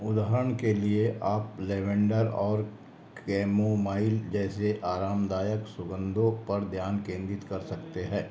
उदाहरण के लिए आप लैवेंडर और कैमोमाइल जैसे आरामदायक सुगंधों पर ध्यान केंद्रित कर सकते हैं